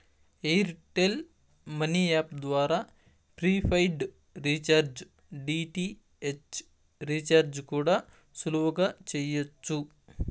air tell money app ద్వారా prepaid recharge, DTH recharge కూడా సులువుగా చెయ్యచ్చు